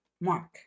Mark